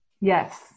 Yes